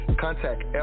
contact